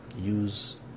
use